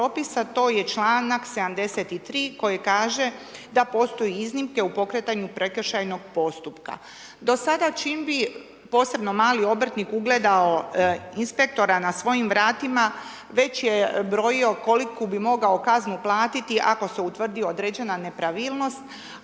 to je čl. 73. koji kaže da postoje iznimke u pokretanju prekršajnog postupka. Do sada, čim bi posebno mali obrtnik ugledao, inspektora na svojim vratima, već je brojio koliku bi mogao kaznu platiti ako se utvrdi određena nepravilnost,